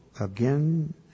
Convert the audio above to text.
again